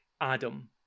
Adam